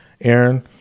aaron